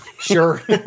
Sure